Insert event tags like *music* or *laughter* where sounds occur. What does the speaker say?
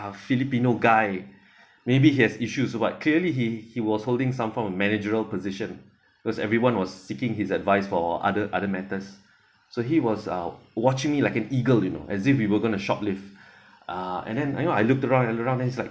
filipino guy maybe he has issues or what clearly he he was holding some form of managerial position because everyone was seeking his advice for other other matters so he was uh watching me like an eagle you know as if we were going to shoplift *breath* uh and then I know I looked around and around and he's like